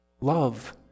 Love